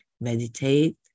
Meditate